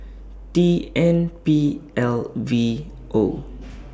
T N P L V O